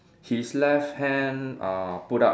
his left hand uh put up